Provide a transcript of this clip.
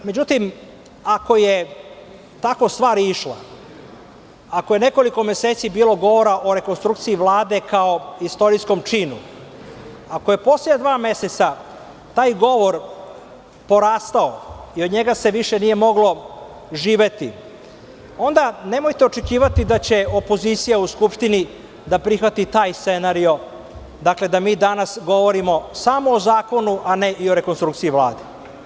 Međutim, ako je tako stvar išla, ako je nekoliko meseci bilo govora o rekonstrukciji Vlade kao istorijskom činu, ako je poslednja dva meseca taj govor porastao i od njega se više nije moglo živeti, onda nemojte očekivati da će opozicija u Skupštini da prihvati taj scenario, da mi danas govorimo samo o zakonu, a ne i o rekonstrukciji Vlade.